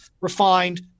refined